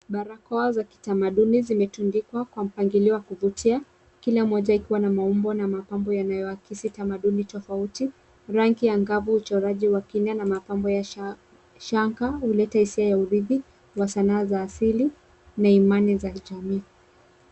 Barakoa za kitamaduni zimetundikwa kwa mpangilio wa kuvutia , kila moja ikiwa na maumbo na mapambo yanayoakisi tamaduni tofauti. Rangi angavu, uchoraji wa kimya na mapambo ya shanga huleta hisia ya uridhi wa sanaa za asili na imani za jamii.